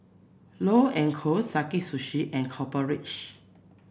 Love and Co Sakae Sushi and Copper Ridge